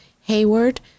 Hayward